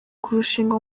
kurushinga